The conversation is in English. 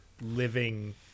living